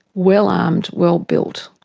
well-armed, well-built,